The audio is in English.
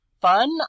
fun